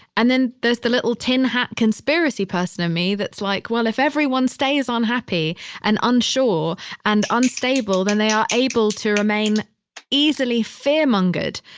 and then there's the little tin hat conspiracy person in me that's like, well, if everyone stays ah unhappy and unsure and unstable, then they are able to remain easily fear mongered.